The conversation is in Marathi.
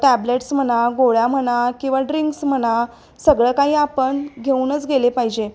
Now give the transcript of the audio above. टॅबलेट्स म्हणा गोळ्या म्हणा किंवा ड्रिंक्स म्हणा सगळं काही आपण घेऊनच गेले पाहिजे